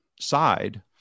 side